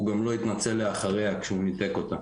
הוא גם לא התנצל לאחריה כשהוא ניתק אותה.